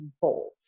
bold